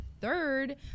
third